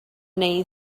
neu